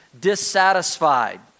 dissatisfied